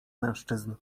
mężczyzn